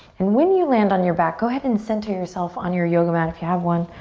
and when you land on your back, go ahead and center yourself on your yoga mat if you have one.